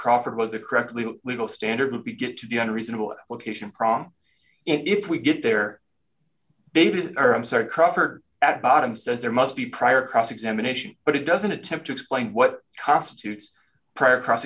crawford was the correct legal legal standard to be get to be on a reasonable location prom if we get there babies are i'm sorry crawford at bottom says there must be prior cross examination but it doesn't attempt to explain what constitutes prior cross